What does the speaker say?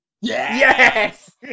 Yes